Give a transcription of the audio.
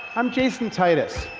i'm jason titus